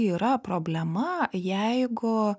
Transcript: yra problema jeigu